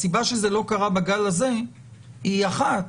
הסיבה שזה לא קרה בגל הזה היא אחת,